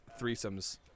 threesomes